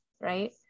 right